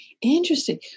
Interesting